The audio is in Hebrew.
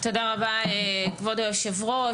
תודה רבה, כבוד היושב ראש.